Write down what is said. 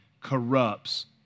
corrupts